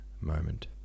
moment